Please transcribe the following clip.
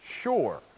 sure